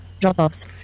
Dropbox